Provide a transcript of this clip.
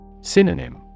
Synonym